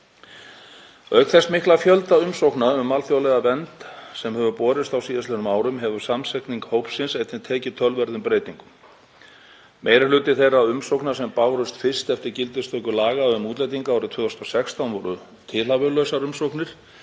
Auk þessa mikla fjölda umsókna um alþjóðlega vernd sem hefur borist á síðastliðnum árum hefur samsetning hópsins einnig tekið töluverðum breytingum. Meiri hluti þeirra umsókna sem bárust fyrst eftir gildistöku laga um útlendinga árið 2016 voru tilhæfulausar umsóknir